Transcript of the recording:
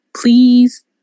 please